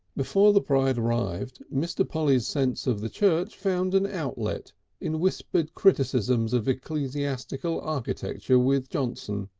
before the bride arrived mr. polly's sense of the church found an outlet in whispered criticisms of ecclesiastical architecture with johnson.